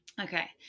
Okay